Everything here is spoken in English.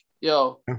yo